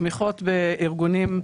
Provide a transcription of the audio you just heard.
תמיכות בארגונים,